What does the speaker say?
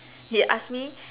he ask me